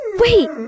Wait